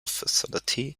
facility